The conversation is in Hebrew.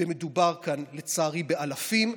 ומדובר כאן לצערי באלפים,